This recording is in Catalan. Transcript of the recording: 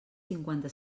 cinquanta